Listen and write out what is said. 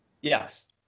Yes